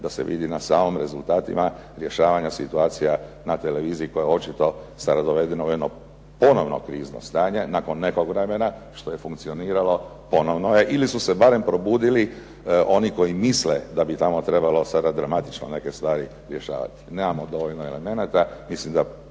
da se vidi na samim rezultatima rješavanja situacija na televiziji koja je očito sada dovedeno u jedno krizno stanje nakon nekog vremena što je funkcioniralo ponovno je ili su se barem probudili oni koji misle da bi sada tamo trebalo dramatično neke svari rješavati. Nemamo dovoljno elemenata i mislim da